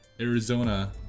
Arizona